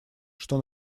что